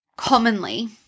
commonly